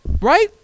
right